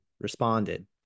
responded